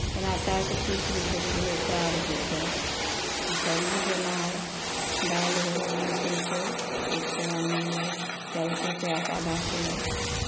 केना चाउर तऽ तीस रुपैए किलो तऽ चाउर हिकै सबजी केना हइ दालि दै रहै बीस रुपैए एक पौआ मिलै हइ चालिस रुपैआके आधा किलो हइ